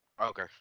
Okay